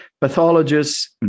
pathologists